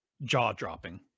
jaw-dropping